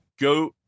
Go